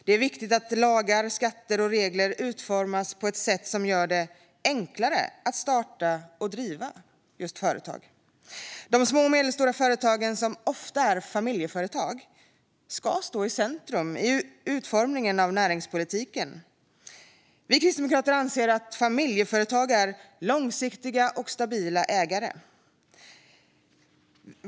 Det är viktigt att lagar, skatter och regler utformas på ett sätt som gör det enklare att starta och driva företag. De små och medelstora företagen, som ofta är familjeföretag, ska stå i centrum för utformningen av näringspolitiken. Vi kristdemokrater anser att familjeföretag är långsiktiga och stabila ägare.